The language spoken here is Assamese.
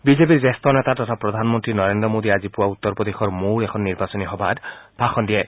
বিজেপিৰ জ্যেষ্ঠ নেতা তথা প্ৰধানমন্ত্ৰী নৰেন্দ্ৰ মোদীয়ে আজি পুৱা উত্তৰ প্ৰদেশৰ মউৰ এখন নিৰ্বাচনী সভাত ভাষণ দিয়ে